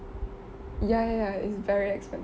ya ya ya is very expensive